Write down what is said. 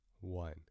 One